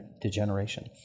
degeneration